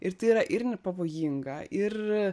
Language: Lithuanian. ir tai yra ir nepavojinga ir